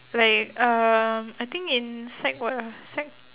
like um I think in sec what ah sec